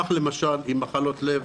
כך למשל עם מחלות לב,